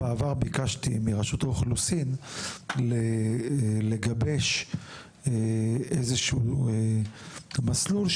בעבר ביקשתי מרשות האוכלוסין לגבש איזה שהוא מסלול,